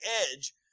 edge